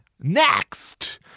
Next